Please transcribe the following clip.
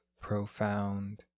profound